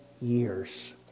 years